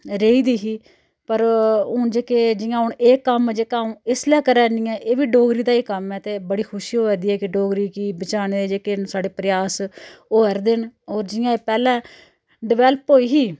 रेही दी ही पर हून जेह्के जियां हून एह कम्म जेह्का अऊं इसलै करा नी आं एह बी डोगरी दा गै कम्म ऐ ते बड़ी खुशी होआ दी ऐ कि डोगरी गी बचाने गी जेह्के न साढ़े प्रयास होआ'रदे न होर जियां एह् पैह्लें डिवैल्प होई ही